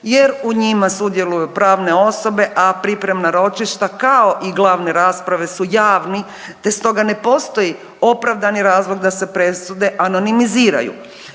jer u njima sudjeluju pravne osobe, a pripremna ročišta kao i glavne rasprave su javni te stoga ne postoji opravdani razlog da se presude anonimiziraju.